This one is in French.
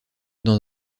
dans